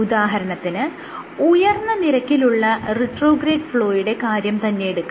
ഉദാഹരണത്തിന് ഉയർന്ന നിരക്കിലുള്ള റിട്രോഗ്രേഡ് ഫ്ലോയുടെ കാര്യം തന്നെയെടുക്കാം